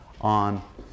on